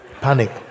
Panic